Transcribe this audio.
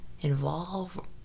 involve